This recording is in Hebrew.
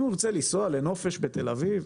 אם הוא רוצה לנסוע לנופש בתל-אביב,